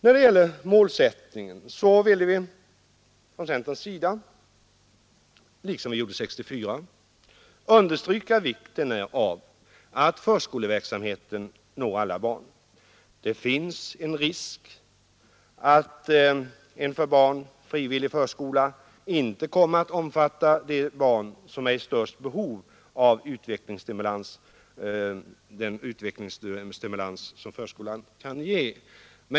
När det gäller målsättningen vill vi från centerpartiets sida nu liksom vi gjorde 1964 understryka vikten av att förskoleverksamheten når alla barn. Det finns en risk att en för barnen frivillig förskola inte kommer att omfatta de barn som är i störst behov av den utvecklingsstimulans som förskolan kan ge.